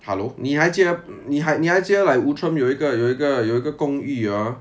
hello 你还记得你还你还记得 like outram 有一个有一个有一个公寓 ah